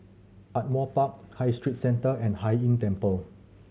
Ardmore Park High Street Centre and Hai Inn Temple